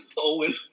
Owen